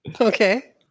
okay